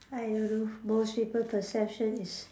I don't know most people possession is